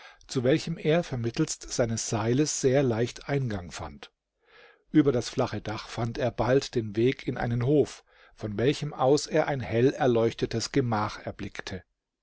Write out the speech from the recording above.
zu welchem er vermittelst seines seiles sehr leicht eingang fand über das flache dach fand er bald den weg in einen hof von welchem aus er ein hell erleuchtetes gemach erblickte